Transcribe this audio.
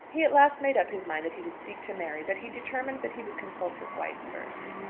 he at last made up his mind that he would speak to mary but he determined that he would consult his wife first.